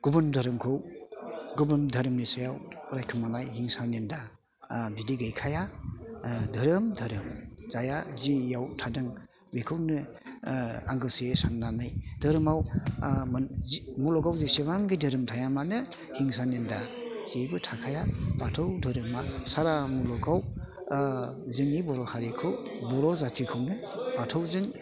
गुबुन धोरोमखौ गुबुन धोरोमनि सायाव रायखुमनाय हिंसा निन्दा बिदि गैखाया धोरोम धोरोम जायहा जिआव थादों बिखौनो आंगोसेयै साननानै धोरोमआव मोनजि मुलुगआव जेसेबांखि धोरोम थाया मानो हिंसा निन्दा जेबो थाखाया बाथौ धोरोमआ सारा मुलुगआव जोंनि बर' हारिखौ बर' जाथिखौनो बाथौजों